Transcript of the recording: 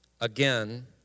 again